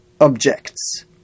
objects